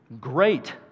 Great